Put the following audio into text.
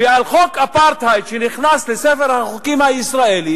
ועל חוק אפרטהייד שנכנס לספר החוקים הישראלי